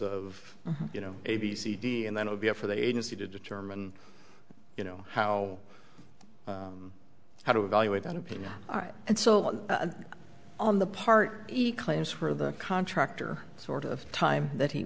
of you know a b c d and then i would be up for the agency to determine you know how how to evaluate that opinion and so on the part he claims for the contractor sort of time that he